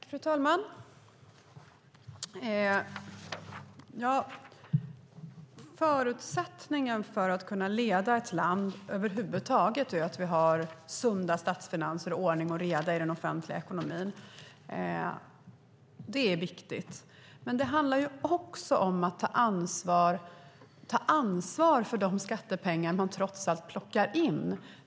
Fru talman! Förutsättningen för att över huvud taget kunna leda ett land är att vi har sunda statsfinanser och ordning och reda i den offentliga ekonomin. Det är viktigt. Men det handlar också om att ta ansvar för de skattepengar man trots allt plockar in.